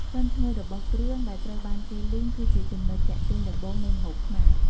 ក្លិនឈ្ងុយរបស់គ្រឿងដែលត្រូវបានគេលីង គឺជាចំណុចទាក់ទាញដំបូងនៃម្ហូបខ្មែរ។